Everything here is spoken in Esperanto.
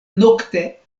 nokte